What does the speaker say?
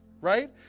Right